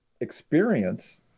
experience